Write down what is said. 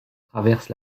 traverse